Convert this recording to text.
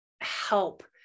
help